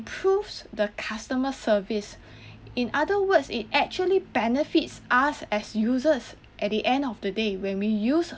proves the customer service in other words it actually benefits us as users at the end of the day when we use